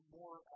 more